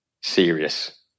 serious